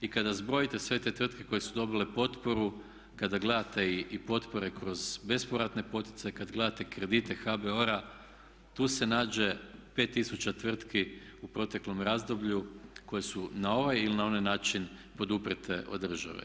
I kada zbrojite sve te tvrtke koje su dobile potporu, kada gledate i potpore kroz bespovratne poticaje, kad gledate kredite HBOR-a tu se nađe 5000 tvrtki u proteklom razdoblju koje su na ovaj ili na onaj način poduprte od države.